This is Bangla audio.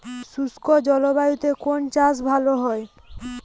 শুষ্ক জলবায়ুতে কোন চাষ ভালো হয়?